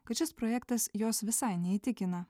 kad šis projektas jos visai neįtikina